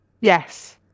yes